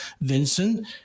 Vincent